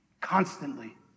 constantly